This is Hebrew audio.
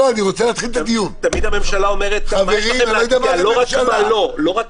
אני אגיד לך למה תמיד הממשלה אומרת לא רק מה לא --- חברים,